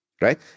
right